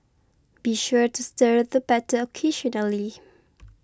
be sure to stir the batter occasionally